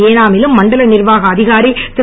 ஏனாமிலும் மண்டல நிர்வாக அதிகாரி திரு